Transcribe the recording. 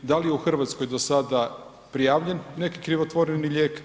Da li je u Hrvatskoj do sada prijavljen neki krivotvoreni lijek?